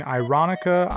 ironica